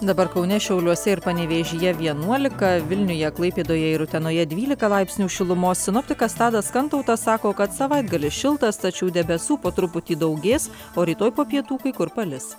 dabar kaune šiauliuose ir panevėžyje vienuolika vilniuje klaipėdoje ir utenoje dvylika laipsnių šilumos sinoptikas tadas kantautas sako kad savaitgalis šiltas tačiau debesų po truputį daugės o rytoj po pietų kai kur palis